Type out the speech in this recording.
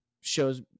shows